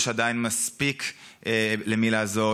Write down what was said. יש עדיין מספיק למי לעזור,